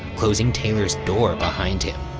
closing taylor's door behind him.